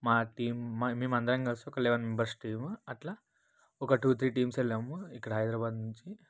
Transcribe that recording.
మా టీం మ మేమందరం కలిసి ఒక లెవెన్ మెంబర్స్ టీము అట్లా ఒక టూ త్రీ టీమ్స్ వెళ్ళాము ఇక్కడ హైదరాబాద్ నుంచి